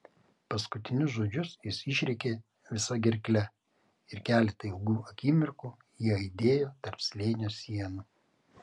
paskutinius žodžius jis išrėkė visa gerkle ir keletą ilgų akimirkų jie aidėjo tarp slėnio sienų